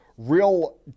Real